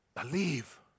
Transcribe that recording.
Believe